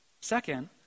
Second